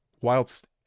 ...whilst